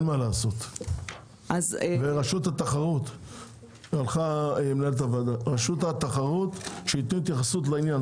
רשות התחרות צריכה לתת התייחסות לעניין.